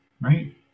right